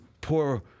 poor